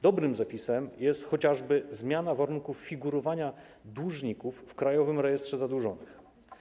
Dobrym zapisem jest chociażby zmiana warunków figurowania dłużników w Krajowym Rejestrze Zadłużonych.